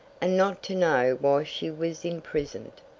and not to know why she was imprisoned!